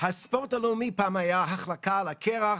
הספורט הלאומי פעם היה החלקה על הקרח,